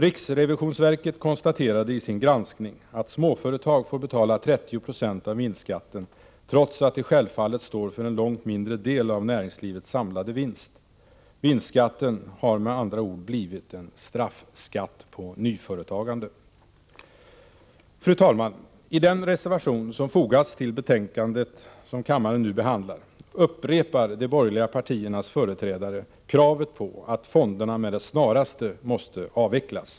Riksrevisionsverket konstaterade i sin granskning att småföretag får betala 30 90 av vinstskatten trots att de självfallet står för en långt mindre del av näringslivets samlade vinst. Vinstskatten har med andra ord blivit en straffskatt på nyföretagande. Fru talman! I den reservation som fogats till det betänkande som kammaren nu behandlar upprepar de borgerliga partiernas företrädare kravet på att fonderna med det snaraste måste avvecklas.